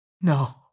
No